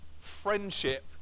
friendship